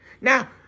Now